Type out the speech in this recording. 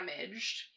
damaged